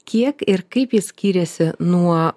kiek ir kaip jis skyrėsi nuo